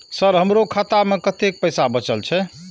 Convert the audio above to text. Sir हमरो खाता में कतेक पैसा बचल छे?